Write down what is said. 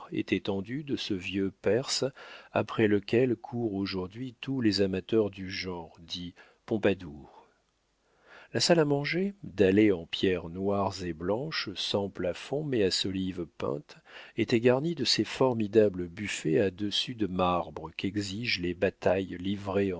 de ce vieux perse après lequel courent aujourd'hui tous les amateurs du genre dit pompadour la salle à manger dallée en pierres noires et blanches sans plafond mais à solives peintes était garnie de ces formidables buffets à dessus de marbre qu'exigent les batailles livrées